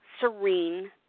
serene